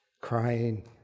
crying